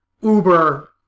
uber